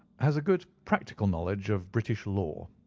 has a good practical knowledge of british law.